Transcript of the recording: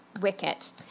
Wicket